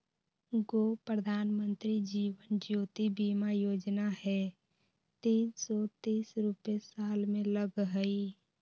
गो प्रधानमंत्री जीवन ज्योति बीमा योजना है तीन सौ तीस रुपए साल में लगहई?